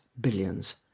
billions